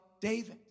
David